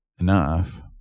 enough